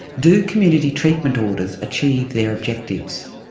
do community treatment orders achieve their objectives?